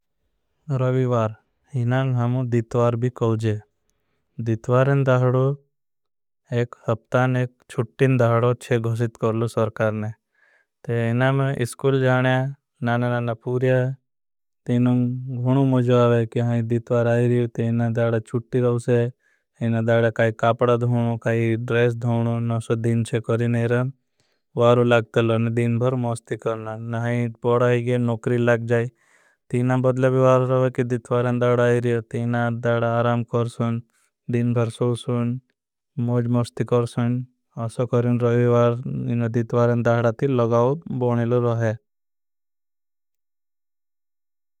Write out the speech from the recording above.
रविवार हिनां हमों दित्वार भी कोजे न दाहडो एक हफ़ता। न एक छुटीन दाहडो चे गोशित करलो सरकारने एन में। इसकुल जाने नाना नाना पूर्या तीनों गुणों मोजवावे कि हाई। दित्वार आई रहे तीनां दाड़ा छुटी रहो से दाड़ा कापड़ा दोनों। काई ड्रेस दोनों न सो दिन चे करिनेर वारू लागते लोने दिन। भर मोस्ती करना बड़ा हैंगे नुकरी लग जाए तीनां बदले विवार। रहे कि दित्वार अंदाड़ा आई रहे तीनां दाड़ा आराम कर सुन। दिन भर सो सुन मोस्ती कर सुन असा करिन रवी विवार दित्वार। अंदाड़ा ती लगाओ बोने लो रहे।